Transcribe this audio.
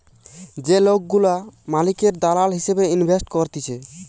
যে লোকগুলা মালিকের দালাল হিসেবে ইনভেস্ট করতিছে